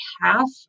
half